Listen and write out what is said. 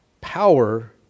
power